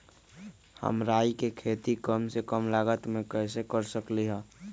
हम राई के खेती कम से कम लागत में कैसे कर सकली ह?